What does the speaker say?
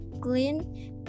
clean